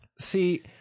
See